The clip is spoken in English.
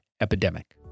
epidemic